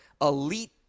elite